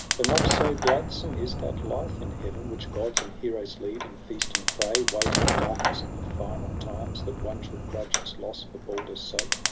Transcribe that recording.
for not so gladsome is that life in heaven which gods and heroes lead, in feast and fray waiting the darkness of the final times. that one should grudge its loss for balder's sake,